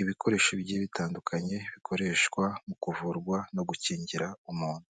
ibikoresho bigiye bitandukanye, bikoreshwa mu kuvurwa no gukingira umuntu.